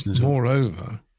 moreover